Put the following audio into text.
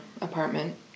apartment